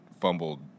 fumbled